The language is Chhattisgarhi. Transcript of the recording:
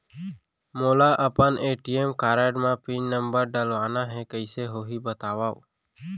मोला अपन ए.टी.एम कारड म पिन नंबर डलवाना हे कइसे होही बतावव?